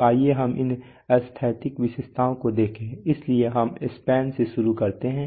तो आइए हम इन स्थैतिक विशेषताओं को देखें इसलिए हम स्पैन से शुरू करते हैं